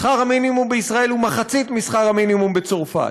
שכר המינימום בישראל הוא מחצית משכר המינימום בצרפת.